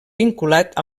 vinculat